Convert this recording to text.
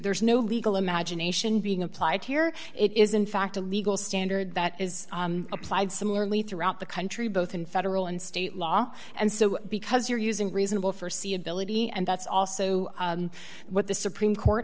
there's no legal imagination being applied here it is in fact a legal standard that is applied similarly throughout the country both in federal and state law and so because you're using reasonable forsee ability and that's also what the supreme court